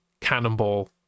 cannonball